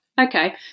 Okay